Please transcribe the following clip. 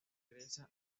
regresa